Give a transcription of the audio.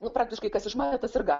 nu praktiškai kas išmanė tas ir ganė